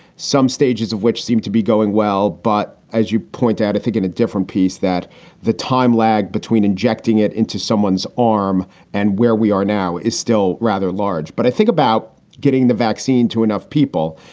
some stages of which seem to be going well. but as you point out, i think in a different piece that the time lag between injecting it into someone's arm and where we are now is still rather large. but i think about getting the vaccine to enough people.